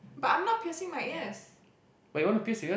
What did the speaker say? but I'm not piercing my ears